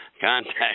contact